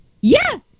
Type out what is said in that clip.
Yes